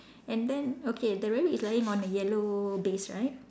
and then okay the rabbit is lying on a yellow base right